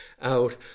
out